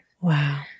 Wow